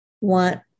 want